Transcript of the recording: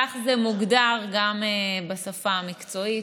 כך זה מוגדר גם בשפה המקצועית.